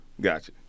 gotcha